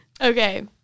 Okay